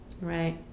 Right